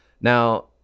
Now